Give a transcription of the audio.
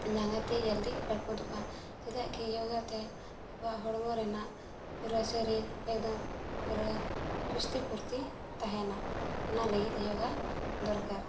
ᱡᱟᱸᱜᱟᱼᱛᱤ ᱡᱚᱞᱫᱤ ᱨᱟᱹᱯᱩᱫᱚᱜᱼᱟ ᱪᱮᱫᱟᱜ ᱠᱤ ᱡᱳᱜᱟᱛᱮ ᱟᱵᱚᱣᱟᱜ ᱦᱚᱲᱢᱚ ᱨᱮᱱᱟᱜ ᱯᱩᱨᱟᱹ ᱥᱟᱹᱨᱤᱨ ᱮᱠᱫᱚᱢ ᱯᱩᱨᱟᱹ ᱥᱩᱥᱛᱤ ᱯᱷᱩᱨᱛᱤ ᱛᱟᱦᱮᱱᱟ ᱚᱱᱟ ᱞᱟᱹᱜᱤᱫ ᱡᱳᱜᱟ ᱫᱚᱨᱠᱟᱨ